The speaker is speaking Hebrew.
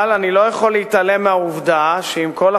אבל, אני לא יכול להתעלם מהעובדה שעם כל החגיגיות,